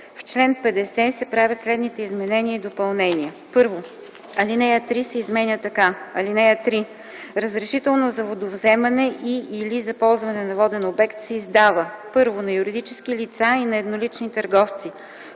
В чл. 50 се правят следните изменения и допълнения: 1. Алинея 3 се изменя така: „(3) Разрешително за водовземане и/или за ползване на воден обект се издава: 1. на юридически лица и на еднолични търговци;